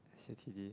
S_U_t_d